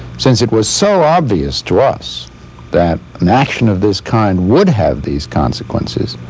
since it was so obvious to us that an action of this kind would have these consequences,